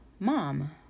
Mom